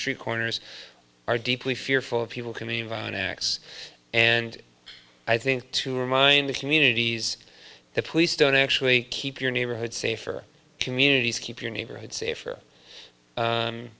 street corners are deeply fearful of people coming in violent acts and i think to remind the communities the police don't actually keep your neighborhood safer communities keep your neighborhood safer